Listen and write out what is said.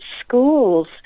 schools